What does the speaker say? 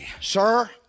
Sir